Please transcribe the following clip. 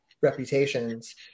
reputations